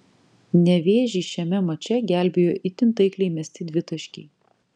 nevėžį šiame mače gelbėjo itin taikliai mesti dvitaškiai